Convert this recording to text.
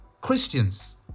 Christians